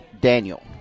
Daniel